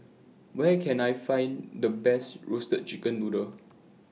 Where Can I Find The Best Roasted Chicken Noodle